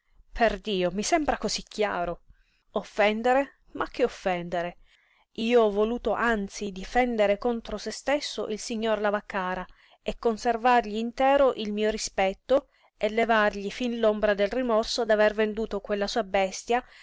no perdio mi sembra cosí chiaro offendere ma che offendere io ho voluto anzi difendere contro se stesso il signor lavaccara e conservargli intero il mio rispetto e levargli fin l'ombra del rimorso d'aver venduto quella sua bestia